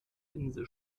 linse